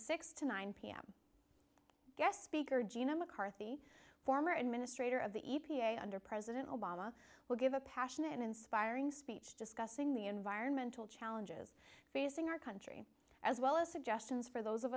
six to nine pm guest speaker gina mccarthy former administrator of the e p a under president obama will give a passionate and inspiring speech discussing the environmental challenges facing our country as well as suggestions for those of